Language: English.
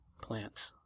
plants